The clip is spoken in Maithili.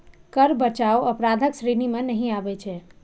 कर बचाव अपराधक श्रेणी मे नहि आबै छै